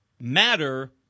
matter